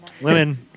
Women